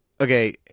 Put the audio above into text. Okay